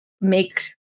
make